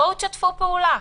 בואו תשתפו פעולה.